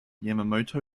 yamamoto